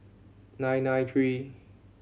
nine nine three